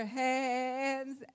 hands